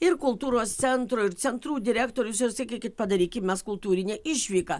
ir kultūros centro ir centrų direktorius ir sakykit padarykim mes kultūrinę išvyką